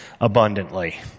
abundantly